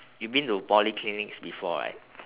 you been to polyclinics before right